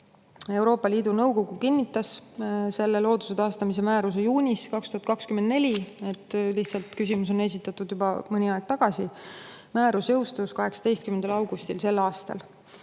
Euroopa Liidu Nõukogu kinnitas selle looduse taastamise määruse juunis 2024. Küsimused on lihtsalt esitatud juba mõni aeg tagasi. Määrus jõustus 18. augustil sellel aastal.